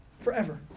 Forever